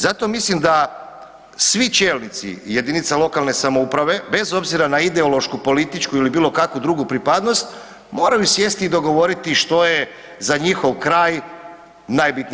Zato mislim da svi čelnici jedinica lokalne samouprave bez obzira na ideološku, političku ili bilo kakvu drugu pripadnost moraju sjesti i dogovoriti što je za njihov kraj najbitnije.